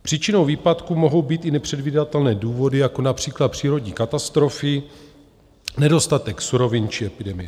Příčinou výpadku mohou být i nepředvídatelné důvody, jako například přírodní katastrofy, nedostatek surovin či epidemie.